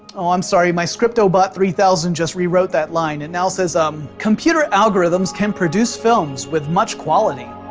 oh, i'm sorry, my script-o-bot three thousand just rewrote that line and now says um computer algorithms can produce films with much quality.